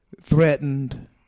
threatened